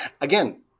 again